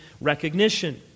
recognition